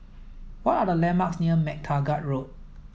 what are the landmarks near MacTaggart Road